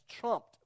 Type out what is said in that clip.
trumped